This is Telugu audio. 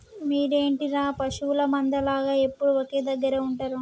మీరేంటిర పశువుల మంద లాగ ఎప్పుడు ఒకే దెగ్గర ఉంటరు